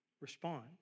respond